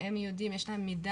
הם יודעים, יש להם מידע